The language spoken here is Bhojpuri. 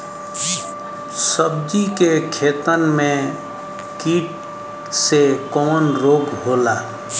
सब्जी के खेतन में कीट से कवन रोग होला?